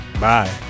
Bye